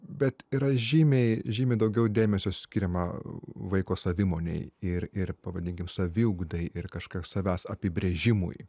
bet yra žymiai žymiai daugiau dėmesio skiriama vaiko savimonei ir ir pavadinkim saviugdai ir kažką savęs apibrėžimui